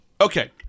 Okay